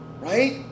Right